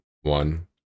one